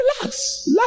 Relax